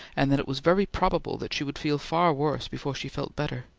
and that it was very probable that she would feel far worse before she felt better.